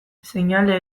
seinale